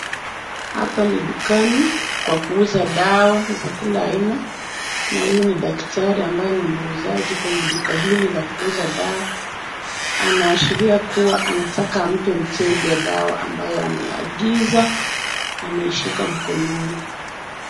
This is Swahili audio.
Hapa ni dukani kwa kuuza dawa za kila aina na huyu ni daktari ambaye ni muuzaji kwenye duka hili la kuuza dawa. Anaashiria kuwa anataka ampe mteja dawa ambayo ameagiza, ameishika mkononi.